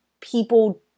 people